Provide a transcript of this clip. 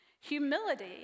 Humility